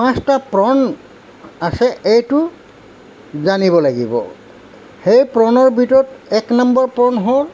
পাঁচটা প্ৰণ আছে এইটো জানিব লাগিব সেই প্ৰণৰ ভিতৰত এক নম্বৰৰ প্ৰণ হ'ল